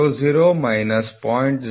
00 minus 0